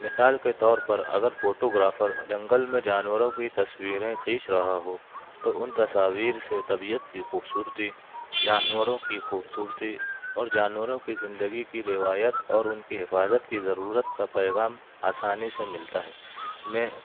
مثال کے طور پر اگر فوٹوگرافر جنگل میں جانوروں کی تصویریں کھینچ رہا ہو تو ان تصاویر سے طبیعت کی خوبصورتی جانوروں کی خوبصورتی اور جانوروں کی زندگی کی روایت اور ان کی حفاظت کی ضرورت کا پیغام آسانی سے ملتا ہے میں